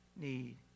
need